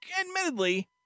Admittedly